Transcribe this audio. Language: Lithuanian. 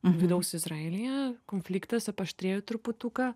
vidaus izraelyje konfliktas paaštrėjo truputuką